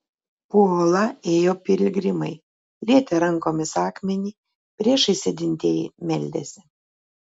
po uola ėjo piligrimai lietė rankomis akmenį priešais sėdintieji meldėsi